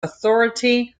authority